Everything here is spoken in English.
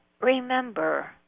remember